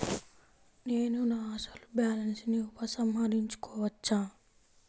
నేను నా అసలు బాలన్స్ ని ఉపసంహరించుకోవచ్చా?